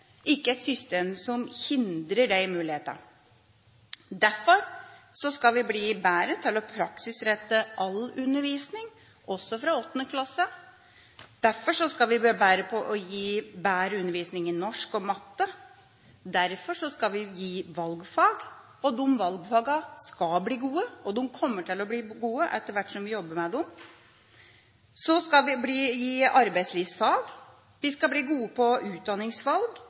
ikke et system som hindrer de mulighetene. Derfor skal vi bli bedre til å praksisrette all undervisning, også fra 8. klasse. Derfor skal vi gi bedre undervisning i norsk og matte. Derfor skal vi gi valgfag, og de valgfagene skal bli gode, og kommer til å bli gode etter hvert som vi jobber med dem. Så skal vi gi arbeidslivsfag. Vi skal bli gode på utdanningsvalg.